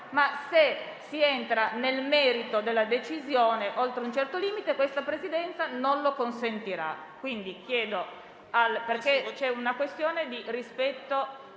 ma, se si entra nel merito della decisione oltre un certo limite, questa Presidenza non lo consentirà,